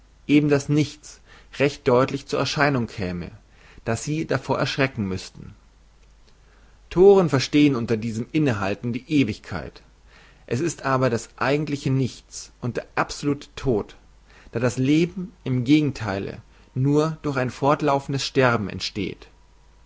eben das nichts recht deutlich zur erscheinung käme daß sie davor erschrecken müßten thoren verstehen unter diesem innehalten die ewigkeit es ist aber das eigentliche nichts und der absolute tod da das leben im gegentheile nur durch ein fortlaufendes sterben entsteht